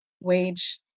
wage